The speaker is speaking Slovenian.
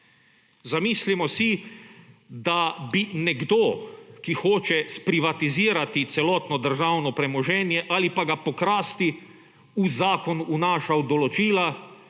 Zamislimo si, da bi nekdo, ki hoče sprivatizirati celotno državno premoženje ali pa ga pokrasti, v zakon vnašal določila,